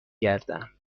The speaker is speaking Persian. گردم